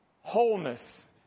wholeness